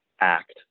act